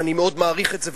ואני מאוד מעריך את זה,